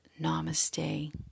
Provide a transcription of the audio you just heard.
Namaste